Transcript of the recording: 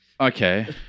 okay